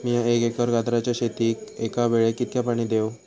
मीया एक एकर गाजराच्या शेतीक एका वेळेक कितक्या पाणी देव?